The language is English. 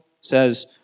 says